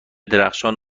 درخشان